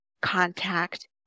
contact